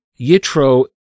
Yitro